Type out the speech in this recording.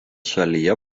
šalyje